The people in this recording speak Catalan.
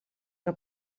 que